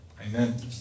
Amen